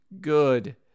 good